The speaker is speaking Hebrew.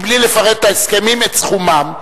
בלי לפרט את ההסכמים ואת סכומם.